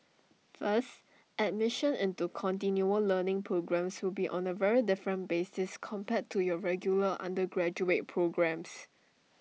first admission into continual learning programmes will be on A very different basis compared to your regular undergraduate programmes